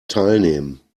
teilnehmen